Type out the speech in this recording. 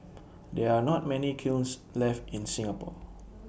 there are not many kilns left in Singapore